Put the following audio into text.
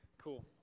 Cool